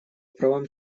правам